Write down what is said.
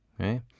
Okay